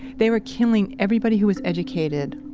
they were killing everybody who was educated.